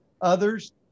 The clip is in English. Others